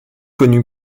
connue